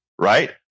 Right